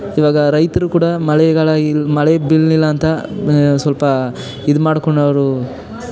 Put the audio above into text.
ಈವಾಗ ರೈತರು ಕೂಡ ಮಳೆಗಾಲ ಇಲ್ಲಿ ಮಳೆ ಬೀಳಲಿಲ್ಲ ಅಂತ ಸ್ವಲ್ಪ ಇದು ಮಾಡ್ಕೊಂಡು ಅವರು